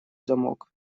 замок